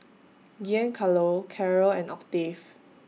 Giancarlo Caryl and Octave